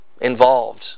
involved